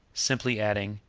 simply adding